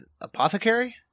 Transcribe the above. Apothecary